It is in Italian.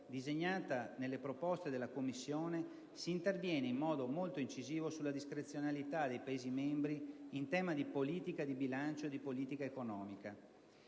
disegnata nelle proposte della Commissione si interviene in modo molto incisivo sulla discrezionalità dei Paesi membri in tema di politica di bilancio e di politica economica.